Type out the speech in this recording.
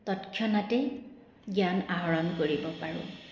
তৎক্ষণাতেই জ্ঞান আহৰণ কৰিব পাৰোঁ